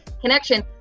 connection